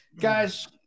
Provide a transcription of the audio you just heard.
Guys